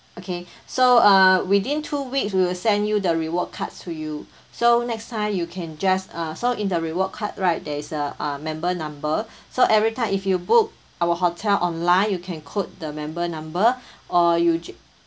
okay so uh within two weeks we will send you the reward cards to you so next time you can just uh so in the reward card right there is a uh member number so every time if you book our hotel online you can quote the member number or you j~